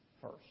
first